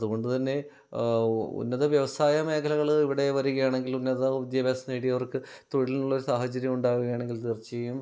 അതുകൊണ്ടു തന്നെ ഉന്നത വ്യവസായ മേഖലകൾ ഇവിടെ വരികയാണെങ്കിൽ ഉന്നത വിദ്യാഭ്യാസം നേടിയവർക്ക് തൊഴിലിനുള്ള സാഹചര്യമുണ്ടാവുകയാണെങ്കിൽ തീർച്ചയായും